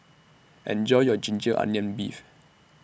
Enjoy your Ginger Onions Beef